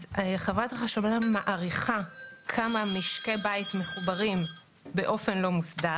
אז חברת החשמל מעריכה כמה משקי בית מחוברים באופן לא מוסדר.